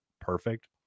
perfect